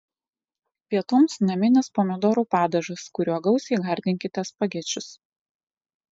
pietums naminis pomidorų padažas kuriuo gausiai gardinkite spagečius